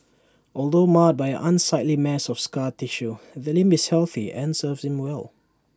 although marred by an unsightly mass of scar tissue the limb is healthy and serves him well